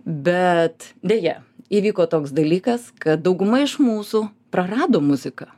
bet deja įvyko toks dalykas kad dauguma iš mūsų prarado muziką